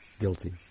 guilty